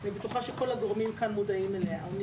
אני בטוחה שכל הגורמים כאן מודעים עליה,